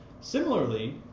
Similarly